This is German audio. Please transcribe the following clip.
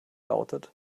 lautet